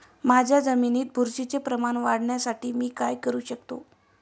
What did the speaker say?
माझ्या जमिनीत बुरशीचे प्रमाण वाढवण्यासाठी मी काय करू शकतो?